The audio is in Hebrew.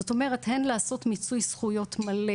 זאת אומרת הן לעשות מיצוי זכויות מלא